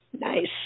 nice